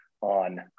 on